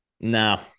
No